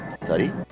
Sorry